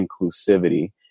inclusivity